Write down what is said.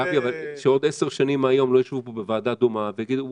אבל שעוד עשר שנים מהיום לא יישבו פה בוועדה דומה ויגידו,